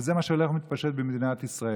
וזה מה שהולך ומתפשט במדינת ישראל.